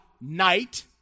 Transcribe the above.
Night